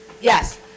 Yes